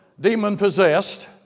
demon-possessed